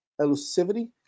Elusivity